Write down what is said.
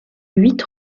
huit